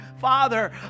father